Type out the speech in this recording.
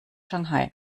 shanghai